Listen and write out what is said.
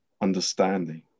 understanding